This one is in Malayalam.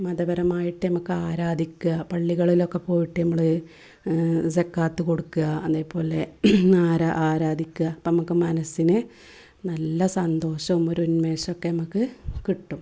മതപരമായിട്ട് നമുക്ക് ആരാധിക്കുക പള്ളികളിലൊക്കെ പോയിട്ട് നമ്മൾ സകാത്ത് കൊടുക്കുക അതേപോലെ ആരാണ് ആരാധിക്കുക അപ്പം നമുക്ക് മനസ്സിന് നല്ല സന്തോഷവും ഒരു ഉന്മേഷമൊക്കെ നമുക്ക് കിട്ടും